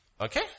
Okay